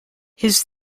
his